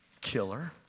killer